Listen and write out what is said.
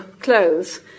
clothes